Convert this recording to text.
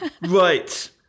Right